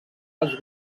els